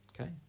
okay